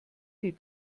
die